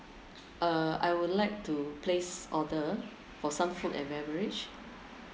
uh I would like to place order for some food and beverage